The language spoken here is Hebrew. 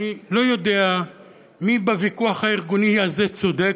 אני לא יודע מי בוויכוח הארגוני הזה צודק,